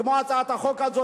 כמו הצעת החוק של,